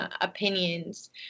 opinions